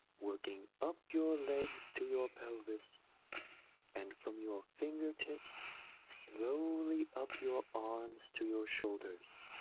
working up your legs to your pelvis and from your fingertips slowly up your arms to your shoulders,